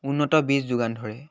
উন্নত বীজ যোগান ধৰে